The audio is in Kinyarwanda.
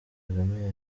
kagame